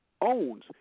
owns